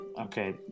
okay